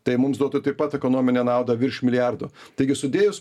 tai mums duotų taip pat ekonominę naudą virš milijardo taigi sudėjus